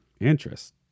Interest